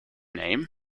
name